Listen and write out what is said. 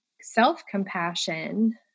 self-compassion